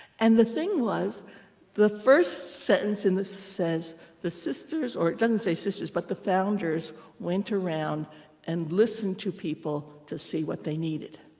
and the thing was the first sentence in it says the sisters or it doesn't say sisters, but the founders went around and listened to people to see what they needed.